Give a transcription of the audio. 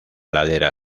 ladera